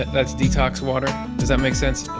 that's detox water. does that make sense?